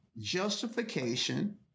justification